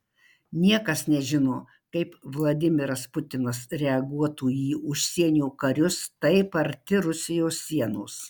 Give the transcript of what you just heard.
niekas nežino kaip vladimiras putinas reaguotų į užsienio karius taip arti rusijos sienos